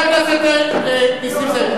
חבר הכנסת נסים זאב.